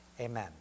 Amen